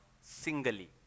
singly